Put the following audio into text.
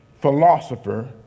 philosopher